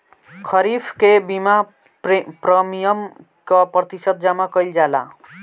खरीफ के बीमा प्रमिएम क प्रतिशत जमा कयील जाला?